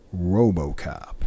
RoboCop